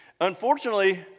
Unfortunately